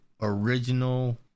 original